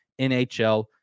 NHL